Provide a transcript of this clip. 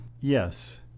Yes